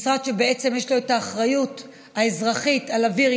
משרד שיש לו אחריות אזרחית על אוויר,